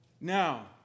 Now